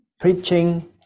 Preaching